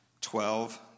Twelve